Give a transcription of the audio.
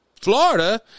Florida